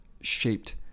shaped